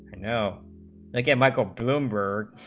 and you know again michael bloomberg